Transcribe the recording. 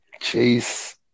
chase